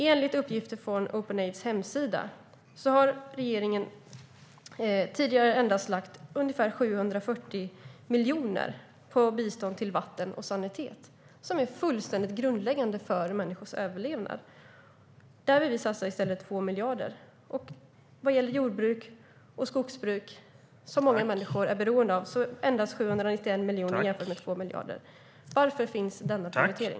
Enligt uppgifter från Openaids hemsida har regeringen tidigare endast lagt ungefär 740 miljoner på bistånd till vatten och sanitet, som är fullständigt grundläggande för människors överlevnad. Där vill vi i stället satsa 2 miljarder. Vad gäller jordbruk och skogsbruk, som många människor är beroende av, har man endast 791 miljoner, att jämföra med 2 miljarder. Varför gör man denna prioritering?